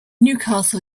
newcastle